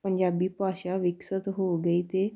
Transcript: ਪੰਜਾਬੀ ਭਾਸ਼ਾ ਵਿਕਸਿਤ ਹੋ ਗਈ ਅਤੇ